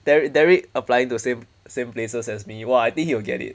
derek derek applying to same same places as me !wah! I think he will get it